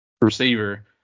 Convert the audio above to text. receiver